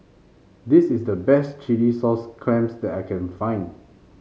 this is the best Chilli Sauce Clams that I can find